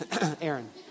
Aaron